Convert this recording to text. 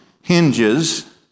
hinges